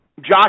Josh